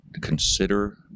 consider